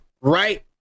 right